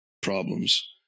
problems